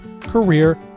career